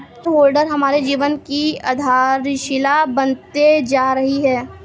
share holder हमारे जीवन की आधारशिला बनते जा रही है